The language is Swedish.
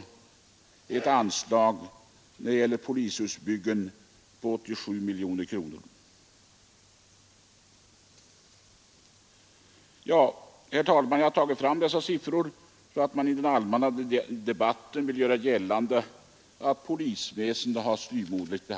Därtill kommer ett anslag för polishusbyggen på 87 miljoner kronor. Jag har, fru talman, nämnt dessa siffror därför att man i den allmänna debatten gör gällande att polisväsendet behandlats styvmoderligt.